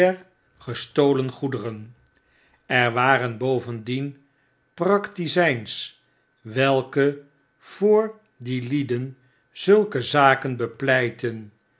gestolen goederen er waren bovendien praktizyns welke voor die lieden zulke zaken bepleitten